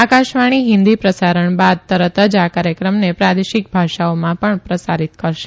આકાશવાણી હિન્દી પ્રસારણ બાદ તરત જ આ કાર્યક્રમને પ્રાદેશિક ભાષાઓમાં પ્રસારિત કરશે